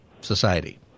society